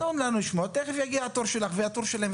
תנו לשמוע אותו ותכף יגיע תורכם ותדברו.